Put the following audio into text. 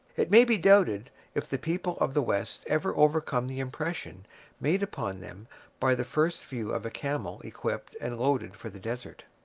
it may be doubted if the people of the west ever overcome the impression made upon them by the first view of a camel equipped and loaded for the desert.